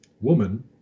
Woman